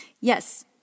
Yes